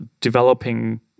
developing